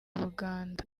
buganda